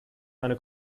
eine